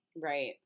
Right